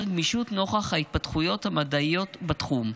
גמישות נוכח ההתפתחויות המדעיות בתחום.